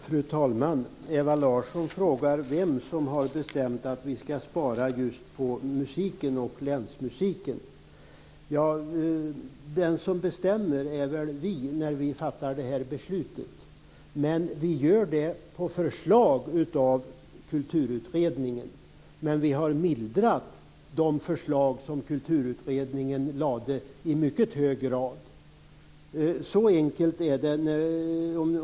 Fru talman! Ewa Larsson frågar vem som har bestämt att vi skall spara just på musiken och länsmusiken. De som bestämmer är väl vi när vi fattar det här beslutet, men vi gör det på förslag av Kulturutredningen. Vi har emellertid i mycket hög grad mildrat de förslag som Kulturutredningen lade fram. Så enkelt är det.